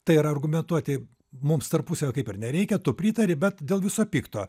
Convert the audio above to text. tai yra argumentuoti mums tarpusavio kaip ir nereikia tu pritari bet dėl viso pikto